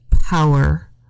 power